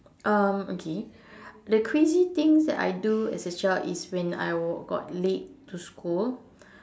um okay the crazy things that I do as a child is when I was got late to school